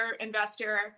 investor